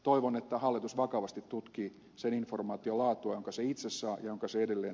toivon että hallitus vakavasti tutkii sen informaation laatua kysymyksessä onko se edelleen